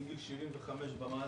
מגיל 75 ומעלה,